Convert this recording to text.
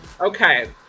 okay